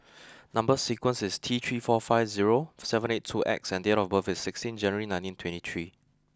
number sequence is T three four five zero seven eight two X and date of birth is sixteen January nineteen twenty three